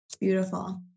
Beautiful